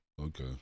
Okay